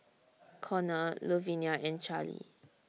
Connor Luvinia and Charlie